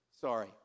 Sorry